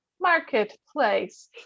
marketplace